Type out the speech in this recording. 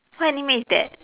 what anime is that